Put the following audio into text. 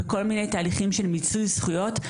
בכל מיני תהליכים של מיצוי זכויות,